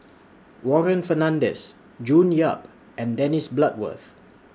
Warren Fernandez June Yap and Dennis Bloodworth